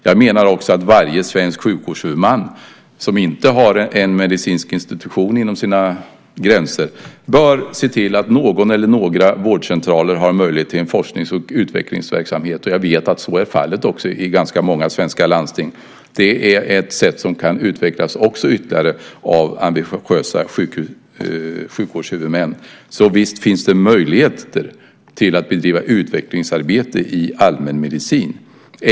Jag menar också att varje svensk sjukvårdshuvudman som inte har en medicinsk institution inom sina gränser bör se till att någon eller några vårdcentraler har möjlighet till en forsknings och utvecklingsverksamhet. Jag vet att så också är fallet i ganska många svenska landsting. Det är ett sätt som också kan utvecklas ytterligare av ambitiösa sjukvårdshuvudmän. Så visst finns det möjlighet att bedriva utvecklingsarbete i allmänmedicin!